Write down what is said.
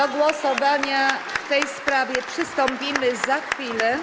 Do głosowania w tej sprawie przystąpimy za chwilę.